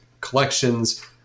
collections